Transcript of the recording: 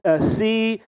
see